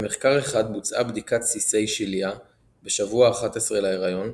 במחקר אחד בוצעה בדיקת סיסי שליה בשבוע ה-11 להיריון,